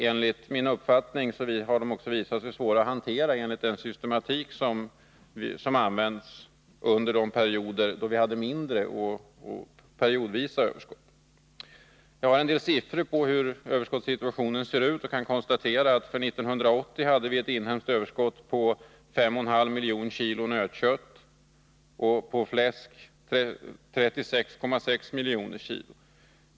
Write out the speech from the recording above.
Enligt min uppfattning har de visat sig vara svåra att hantera enligt den systematik som användes under de perioder då vi hade mindre och periodvisa överskott. Jag har en del siffror på hur överskottssituationen ser ut och kan konstatera att vi 1980 hade ett inhemskt överskott på 5,5 miljoner kilo nötkött och 36.6 miljoner kilo fläsk.